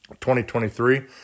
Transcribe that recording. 2023